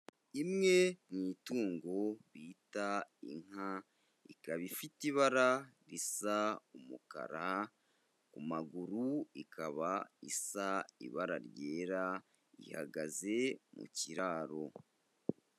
Imwe mu itungo bita inka, ikaba ifite ibara risa umukara, ku maguru ikaba isa ibara ryera, ihagaze mu kiraro.